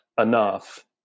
enough